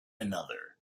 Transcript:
another